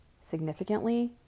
significantly